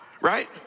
Right